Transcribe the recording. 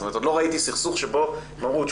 עוד לא ראיתי סכסוך שבו הם אמרו,